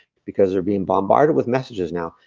because they're being bombarded with messages now.